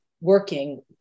working